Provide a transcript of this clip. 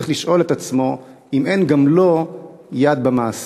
צריך לשאול את עצמו אם אין גם לו יד במעשה.